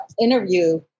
interview